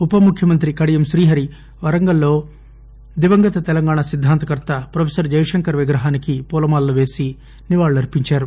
ఉపముఖ్యమంత్రి కడియం శ్రీహరి వరంగల్లో దివంగత తెలంగాణ సిద్దాంత కర్త ప్రొఫెసర్ జయశంకర్ విగ్రహానికి పూలమాలవేసి నివాళులర్పించారు